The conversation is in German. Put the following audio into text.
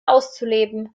auszuleben